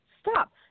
stop